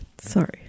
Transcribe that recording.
Sorry